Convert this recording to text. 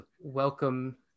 Welcome